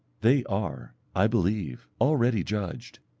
they are, i believe, already judged.